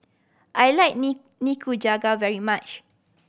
I like Nikujaga very much